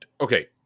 okay